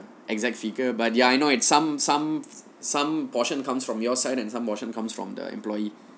exact figure but did I know it's some some some portion comes from your side and some portion comes from the employee